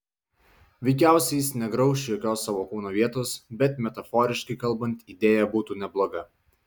veikiausiai jis negrauš jokios savo kūno vietos bet metaforiškai kalbant idėja būtų nebloga